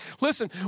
Listen